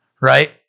right